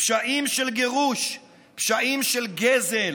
פשעים של גירוש, פשעים של גזל,